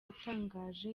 atangaje